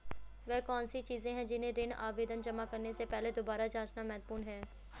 वे कौन सी चीजें हैं जिन्हें ऋण आवेदन जमा करने से पहले दोबारा जांचना महत्वपूर्ण है?